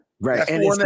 right